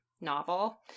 novel